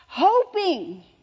hoping